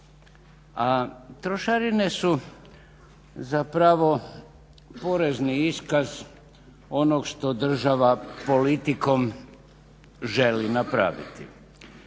a trošarine su zapravo porezni iskaz onog što država politikom želi napraviti.